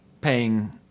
paying